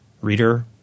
Reader